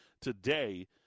today